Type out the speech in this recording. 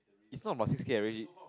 is not about six K already